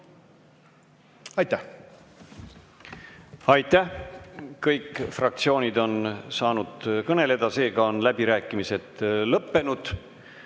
Aitäh! Aitäh! Kõik fraktsioonid on saanud kõneleda, seega on läbirääkimised lõppenud.